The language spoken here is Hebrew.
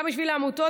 גם בשביל העמותות,